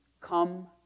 come